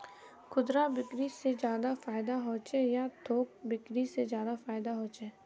खुदरा बिक्री से ज्यादा फायदा होचे या थोक बिक्री से ज्यादा फायदा छे?